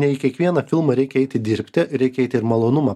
ne į kiekvieną filmą reikia eiti dirbti reikia eiti ir malonumą